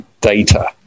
data